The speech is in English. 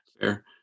Fair